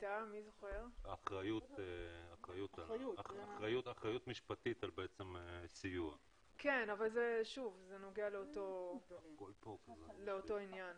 הייתה אחריות משפטית אבל זה נוגע לאותו עניין.